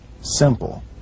simple